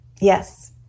Yes